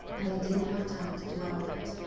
and i didn't have time to dwell on it.